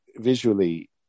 visually